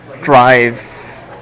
drive